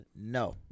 no